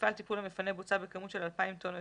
במפעל טיפול המפנה בוצה בכמות של אלפיים טון או